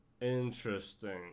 interesting